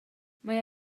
mae